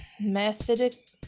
Methodic